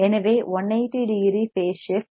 எனவே 180 degree phase shift